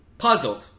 puzzled